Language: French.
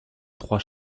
trois